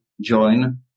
join